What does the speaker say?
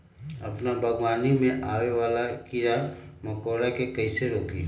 अपना बागवानी में आबे वाला किरा मकोरा के कईसे रोकी?